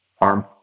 arm